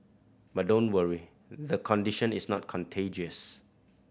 but don't worry the condition is not contagious